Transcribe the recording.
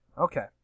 Okay